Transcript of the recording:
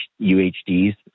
UHDs